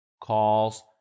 calls